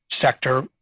sector